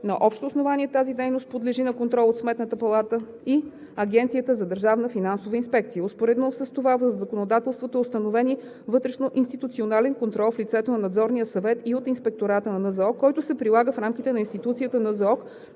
на общо основание тази дейност подлежи на контрол от Сметната палата и Агенцията за държавна финансова инспекция. Успоредно с това в законодателството е установен и вътрешноинституционален контрол в лицето на Надзорния съвет и Инспектората на НЗОК, който се прилага в рамките на институцията НЗОК